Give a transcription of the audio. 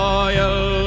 Royal